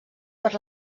per